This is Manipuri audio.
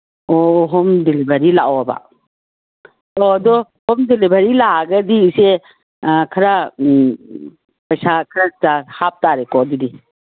ꯑꯣ ꯍꯣꯝ ꯗꯤꯂꯤꯕꯔꯤ ꯂꯥꯛꯑꯣꯕ ꯑꯗꯣ ꯍꯣꯝ ꯗꯤꯂꯤꯕꯔꯤ ꯂꯥꯛꯑꯒꯗꯤ ꯏꯆꯦ ꯈꯔ ꯄꯩꯁꯥ ꯈꯔ ꯆꯥꯔꯖ ꯍꯥꯞ ꯇꯥꯔꯦꯀꯣ ꯑꯗꯨꯗꯤ